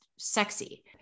sexy